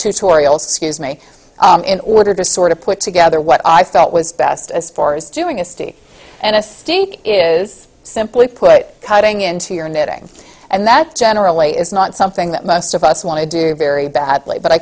tutorials scuse me in order to sort of put together what i felt was best as far as doing a study and if it is simply put cutting into your knitting and that generally is not something that most of us want to do very badly but i